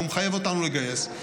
והוא מחייב אותנו לגייס,